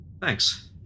Thanks